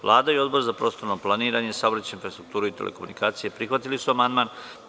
Vlada i Odbor za prostorno planiranje, saobraćaj i infrastrukturu i telekomunikacije prihvatili su amandman.